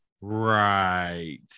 Right